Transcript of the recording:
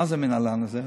מה זה המינהלן הזה?